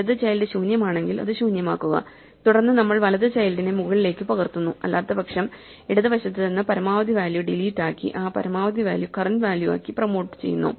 ഇടത് ചൈൽഡ് ശൂന്യമാണെങ്കിൽ അത് ശൂന്യമാക്കുക തുടർന്ന് നമ്മൾ വലത് ചൈൽഡിനെ മുകളിലേക്ക് പകർത്തുന്നു അല്ലാത്തപക്ഷം ഇടത് വശത്ത് നിന്ന് പരമാവധി വാല്യൂ ഡിലീറ്റ് ആക്കി ആ പരമാവധി വാല്യൂ കറന്റ് വാല്യൂ ആക്കി പ്രൊമോട്ട് ചെയ്യുന്നു